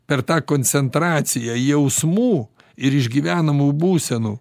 per tą koncentraciją jausmų ir išgyvenamų būsenų